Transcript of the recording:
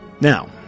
Now